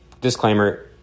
disclaimer